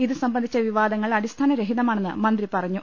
ഇതുസംബന്ധിച്ച വിവാദങ്ങൾ അടിസ്ഥാന രഹിതമാണെന്ന് മന്ത്രി പറഞ്ഞു